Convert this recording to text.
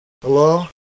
Hello